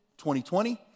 2020